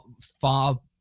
far